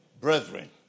Brethren